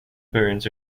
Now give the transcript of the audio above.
burns